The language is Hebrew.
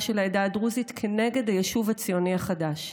של העדה הדרוזית כנגד היישוב הציוני החדש,